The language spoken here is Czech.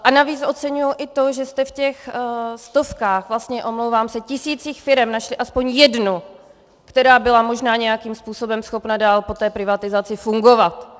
A navíc oceňuji i to, že jste v těch stovkách, vlastně omlouvám se, tisících firem našli aspoň jednu, která byla možná nějakým způsobem schopna dál po té privatizaci fungovat.